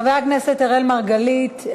חבר הכנסת אראל מרגלית,